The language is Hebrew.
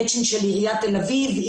ממצ'ינג של עיריית תל אביב,